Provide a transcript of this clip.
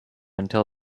until